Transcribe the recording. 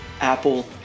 Apple